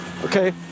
Okay